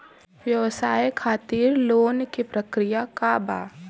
व्यवसाय खातीर लोन के प्रक्रिया का बा?